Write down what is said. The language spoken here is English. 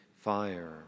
fire